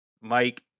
Mike